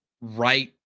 right